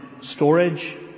storage